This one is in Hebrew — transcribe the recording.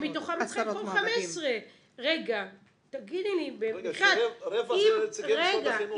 שמתוכם את צריכה לבחור 15. רבע זה נציגי משרד החינוך.